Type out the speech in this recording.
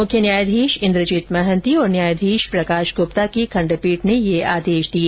मुख्य न्यायाधीश इंद्रजीत महान्ति और न्यायाधीश प्रकाश गुप्ता की खंडपीठ ने यह आदेश दिए